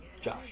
josh